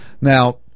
Now